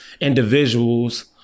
individuals